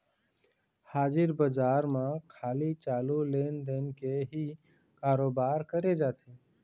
हाजिर बजार म खाली चालू लेन देन के ही करोबार करे जाथे